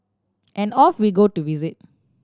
and off we go to visit